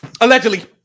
Allegedly